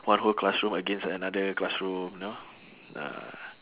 one whole classroom against another classroom you know ah